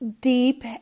deep